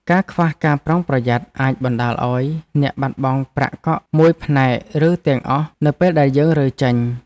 ការខ្វះការប្រុងប្រយ័ត្នអាចបណ្ដាលឱ្យអ្នកបាត់បង់ប្រាក់កក់មួយផ្នែកឬទាំងអស់នៅពេលដែលយើងរើចេញ។